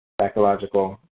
Psychological